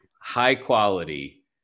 high-quality